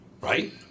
Right